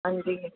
ਹਾਂਜੀ